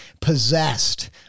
possessed